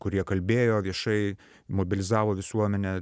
kurie kalbėjo viešai mobilizavo visuomenę